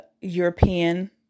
European